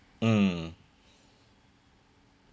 mm